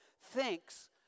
thinks